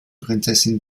prinzessin